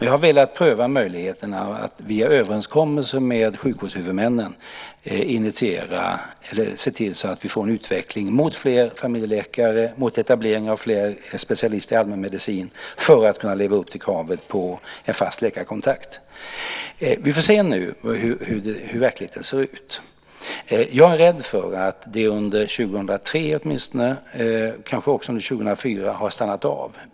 Jag har velat pröva möjligheten att via överenskommelser med sjukvårdshuvudmännen se till att vi får en utveckling mot fler familjeläkare och mot etablering av fler specialister i allmänmedicin för att kunna leva upp till kravet på en fast läkarkontakt. Nu får vi se hur verkligheten ser ut. Jag är rädd för att det åtminstone under 2003, och kanske också under 2004, har stannat av.